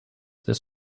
this